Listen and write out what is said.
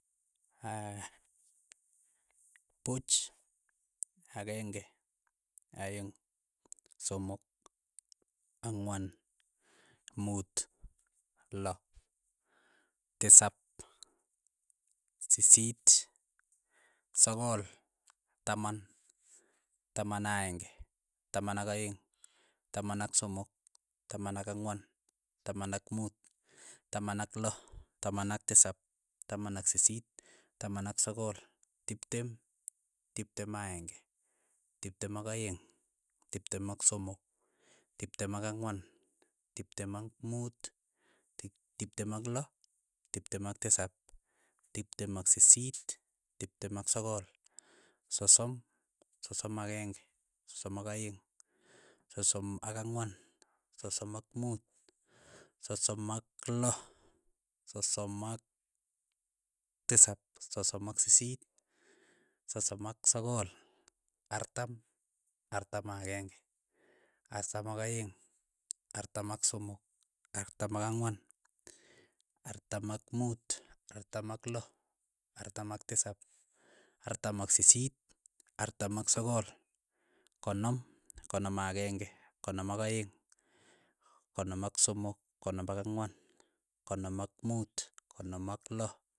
Aya, puch, akeng'e, aeng', somok, ang'wan, muut, loo, tisap, sisiit, sogol, taman, taman aenge, taman ak' aeng, taman ak somok, taman ak ang'wan, taman ak muut, taman ak loo, taman ak tisap, taman ak sisiit, taman ak sogol, tiptem, tiptem ak aeng'e, tiptem ak aeng', tiptem ak somok, tiptem ak ang'wan, tiptem ak muut, tiptem ak loo, tiptem ak tisap, tiptem ak sisiit, tiptem ak sogol, sosom, sosom akenge, sosom ak aeng', sosom ak ang'wan, sosom ak muut, sosom ak loo, sosom ak tisap, sosom ak sisiit, sosom ak sogol, artam, artam akeng'e, artam ak aeng', artam ak somok, artam ak ang'wan, artam ak muut, artam ak loo, artam ak tisap, artam ak sisiit, artam ak sogol. konom, konom akeng'e, konom ak aeng', konom ak somok, konom ak ang'wan. konom ak muut, konom ak loo.